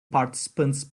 participants